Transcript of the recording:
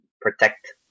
protect